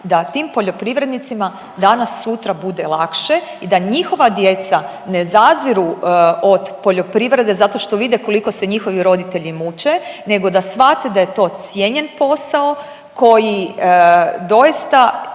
da tim poljoprivrednicima danas sutra bude lakše i da njihova djeca ne zaziru od poljoprivrede zato što vide koliko se njihovi roditelji muče nego da shvate da je to cijenjen posao koji doista